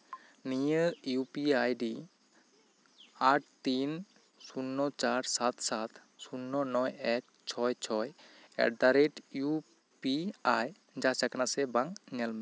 ᱱᱤᱭᱟᱹ U P ID ᱟᱴ ᱛᱤᱱ ᱥᱩᱱᱱᱚ ᱪᱟᱨ ᱥᱟᱛ ᱥᱟᱛ ᱥᱩᱱᱱᱚ ᱮᱠ ᱱᱚᱭ ᱪᱷᱚᱭ ᱪᱷᱚᱭ ᱮᱴᱫᱟᱨᱮᱴ ᱤᱭᱩ ᱯᱤ ᱟᱭ ᱡᱟᱪ ᱟᱠᱟᱱᱟ ᱥᱮ ᱵᱟᱝ ᱧᱮᱞ ᱢᱮ